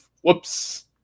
Whoops